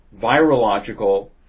virological